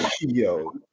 yo